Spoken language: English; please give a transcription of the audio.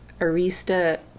Arista